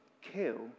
kill